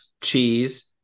cheese